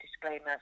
disclaimer